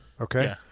Okay